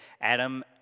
Adam